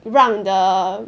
让 the